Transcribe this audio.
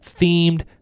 themed